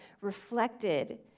reflected